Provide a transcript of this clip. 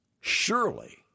surely